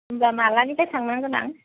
होमब्ला मालानिफ्राय थांनांगोन आं